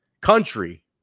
Country